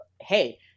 hey